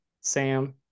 Sam